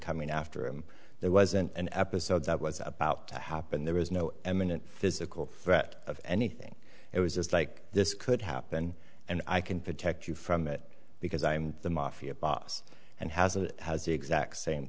coming after him there wasn't an episode that was about to happen there was no eminent physical threat of anything it was just like this could happen and i can protect you from it because i'm the mafia boss and has a has the exact same